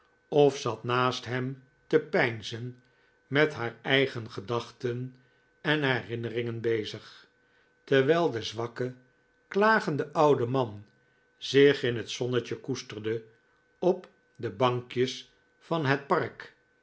of zat naast hem te peinzen met haar eigen gedachten en herinneringen bezig terwijl de zwakke klagende oude man zich in het zonnetje koesterde op de bankjes van het park